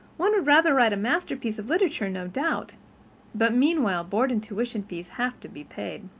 one would rather write masterpieces of literature no doubt but meanwhile board and tuition fees have to be paid.